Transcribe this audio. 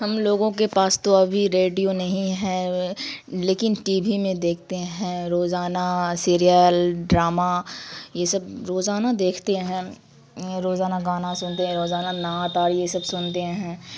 ہم لوگوں کے پاس تو ابھی ریڈیو نہیں ہے لیکن ٹی وی میں دیکھتے ہیں روزانہ سیریل ڈرامہ یہ سب روزانہ دیکھتے ہیں روزانہ گانا سنتے ہیں روزانہ نعت اور یہ سب سنتے ہیں